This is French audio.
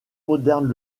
modernes